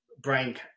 brain